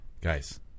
Guys